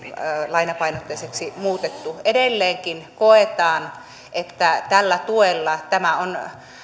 lainapainotteiseksi muutettu edelleenkin koetaan että tämä tuki on